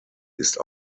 ist